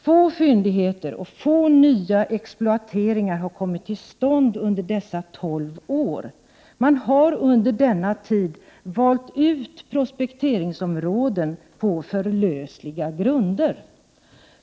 Få fyndigheter och få nya exploateringar har kommit till stånd under dessa tolv år. Man har under denna tid valt ut prospekteringsområden på för lösa grunder.